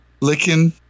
Licking